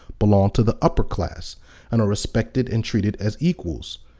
belong to the upper class and are respected and treated as equals